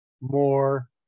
more